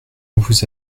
vous